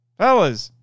fellas